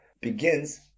begins